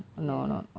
இல்ல இல்ல:illa illa